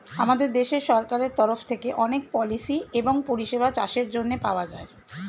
আমাদের দেশের সরকারের তরফ থেকে অনেক পলিসি এবং পরিষেবা চাষের জন্যে পাওয়া যায়